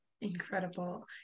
Incredible